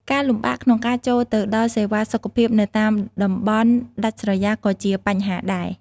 ការលំបាកក្នុងការចូលទៅដល់សេវាសុខភាពនៅតាមតំបន់ដាច់ស្រយាលក៏ជាបញ្ហាដែរ។